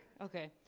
Okay